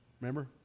Remember